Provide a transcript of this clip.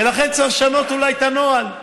ולכן צריך לשנות אולי את הנוהל,